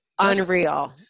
unreal